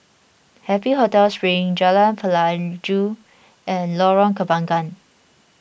Happy Hotel Spring Jalan Pelajau and Lorong Kembangan